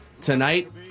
tonight